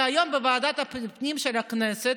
כי היום בוועדת הפנים של הכנסת,